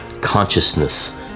consciousness